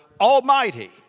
Almighty